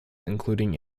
including